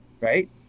right